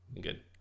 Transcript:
Good